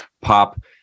pop